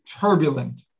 turbulent